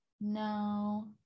No